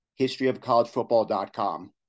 historyofcollegefootball.com